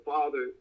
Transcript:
Father